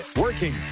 working